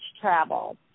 travel